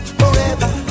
forever